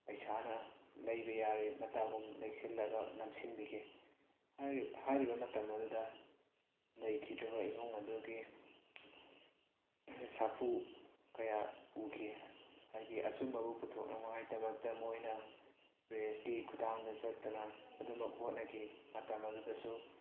ꯄꯩꯁꯥꯅ ꯂꯩꯕ ꯌꯥꯔꯦ ꯃꯇꯥꯒꯨꯝ ꯂꯩꯁꯤꯜꯂꯒ ꯅꯝꯁꯤꯟꯕꯤꯈꯤ ꯍꯥꯏꯔꯤꯕ ꯃꯇꯝ ꯑꯗꯨꯗ ꯂꯩꯈꯤꯗ꯭ꯔꯕ ꯏꯃꯨꯡ ꯑꯗꯨꯒꯤ ꯁꯥꯐꯨ ꯀꯌꯥ ꯎꯈꯤ ꯍꯥꯏꯗꯤ ꯑꯆꯨꯝꯕꯕꯨ ꯄꯨꯊꯣꯛꯅꯉꯥꯏꯒꯤꯗꯃꯛꯇ ꯃꯣꯏꯅ ꯄ꯭ꯔꯦꯁꯀꯤ ꯈꯨꯠꯊꯥꯡꯗ ꯆꯠꯇꯨꯅ ꯑꯗꯨꯃꯛ ꯍꯣꯠꯅꯒꯤ ꯃꯇꯝ ꯑꯗꯨꯗꯁꯨ